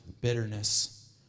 bitterness